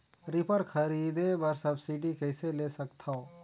Reaper खरीदे बर subsidy कइसे ले सकथव?